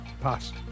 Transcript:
pass